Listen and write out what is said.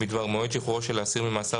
בדבר מועד שחרורו של האסיר ממאסר,